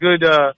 good